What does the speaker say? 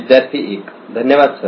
विद्यार्थी 1 धन्यवाद सर